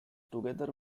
together